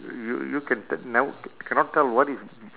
you you can t~ never c~ cannot tell what is